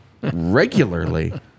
Regularly